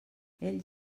ell